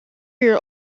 your